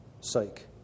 sake